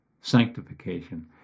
sanctification